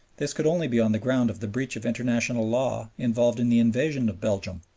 this could only be on the ground of the breach of international law involved in the invasion of belgium,